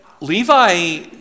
Levi